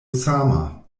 sama